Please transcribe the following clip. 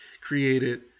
created